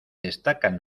destacan